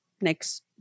next